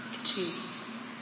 Jesus